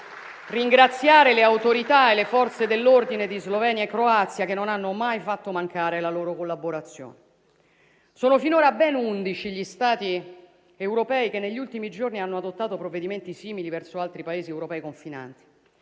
Voglio ringraziare le autorità e le Forze dell'ordine di Slovenia e Croazia che non hanno mai fatto mancare la loro collaborazione. Sono finora ben 11 gli Stati europei che negli ultimi giorni hanno adottato provvedimenti simili verso altri Paesi europei confinanti.